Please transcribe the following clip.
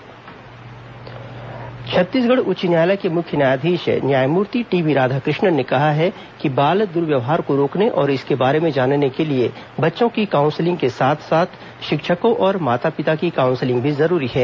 मुख्य न्यायाधीश चेतना कार्यक्रम छत्तीसगढ़ उच्च न्यायालय के मुख्य न्यायाधीश न्यायमूर्ति टीबी राधाकृष्णन ने कहा है कि बाल द्वर्व्यवहार को रोकने और इसके बारे में जानने के लिए बच्चों की काउंसिलिंग के साथ साथ शिक्षकों और माता पिता की काउंसिलिंग भी जरूरी है